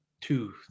two